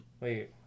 Wait